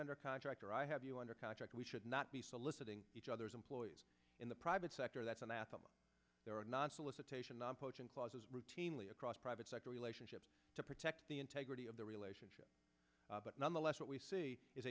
under contract or i have you under contract we should not be soliciting each other's employees in the private sector that's anathema there are not solicit taishan on poaching clauses routinely across private sector relationships to protect the integrity of the relationship but nonetheless what we see is